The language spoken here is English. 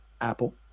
Apple